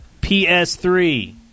PS3